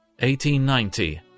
1890